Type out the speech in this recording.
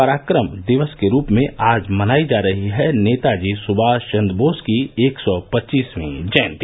पराक्रम दिवस के रूप में आज मनाई जा रही है नेता जी सुभाष चन्द्र बोस की एक सौ पच्चीसवीं जयंती